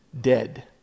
dead